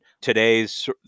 today's